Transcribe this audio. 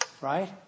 right